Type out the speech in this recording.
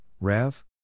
Rev